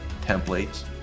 templates